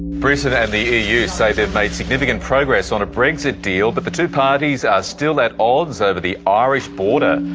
britain and the eu eu say they've made significant progress on a brexit deal, but the two parties are still at odds over the ah irish border.